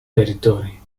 territory